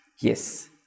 Yes